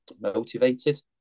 motivated